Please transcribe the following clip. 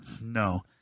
No